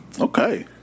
Okay